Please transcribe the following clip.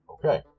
Okay